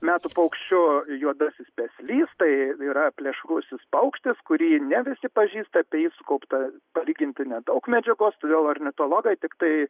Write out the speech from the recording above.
metų paukščiu juodasis peslys tai yra plėšrusis paukštis kurį ne visi pažįsta apie jį sukaupta palyginti nedaug medžiagos todėl ornitologai tiktai